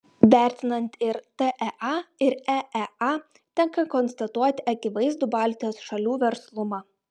vertinant ir tea ir eea tenka konstatuoti akivaizdų baltijos šalių verslumą